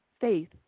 faith